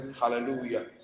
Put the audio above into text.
hallelujah